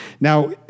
Now